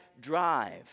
drive